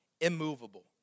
immovable